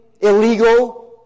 illegal